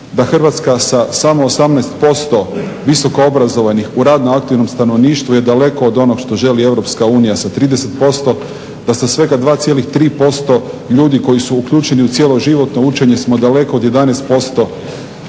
da Hrvatska sa samo 18% visoko obrazovanih u radno aktivnom stanovništvu je daleko od onog što želi EU sa 30%, da se svega 2,3% ljudi koji su uključeni u cjeloživotno učenje smo daleko od 11%,